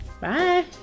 Bye